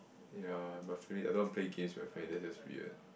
ya my family I don't want to play games with my family that's just weird